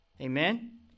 Amen